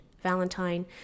Valentine